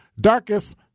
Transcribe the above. darkest